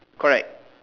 correct